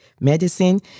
Medicine